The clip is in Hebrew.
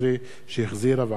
שהחזירה ועדת העבודה,